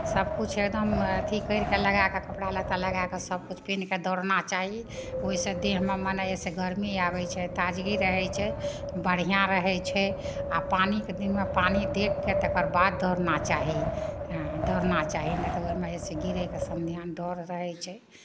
सभकिछु एकदम अथि करि कऽ लगा कऽ कपड़ा लत्ता लगा कऽ सभकिछु पिन्ह कऽ दौड़ना चाही ओहिसँ देहमे मने एहिसँ गरमी आबै छै ताजगी रहै छै बढ़िआँ रहै छै आ पानिके दिनमे पानि देखि कऽ तकर बाद दौड़ना चाही हँ दौड़ना चाही नहि तऽ ओहिमे जाहिसे गिरयके सम्भावना डर रहै छै